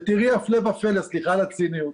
תראי הפלא ופלא, סליחה על הציניות,